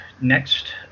next